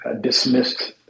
dismissed